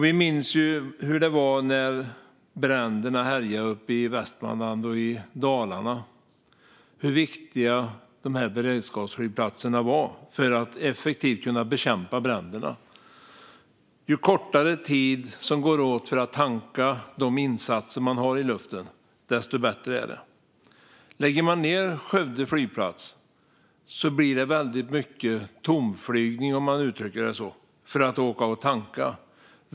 Vi minns hur det var när bränderna härjade uppe i Västmanland och Dalarna och hur viktiga beredskapsflygplatserna var för att effektivt kunna bekämpa bränderna. Ju kortare tid som går åt för att tanka de insatser som man har i luften, desto bättre är det. Lägger man ned Skövde flygplats blir det väldigt mycket tomflygning, om man uttrycker det så, för att åka och tanka.